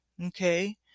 okay